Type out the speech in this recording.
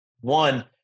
one